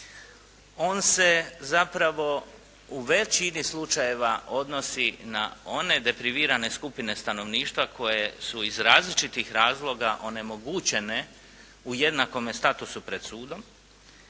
On se zapravo u većini slučajeva odnosi na one deprivirane skupine stanovništva koje su iz različitih razloga onemogućene u jednakome statusu pred sudom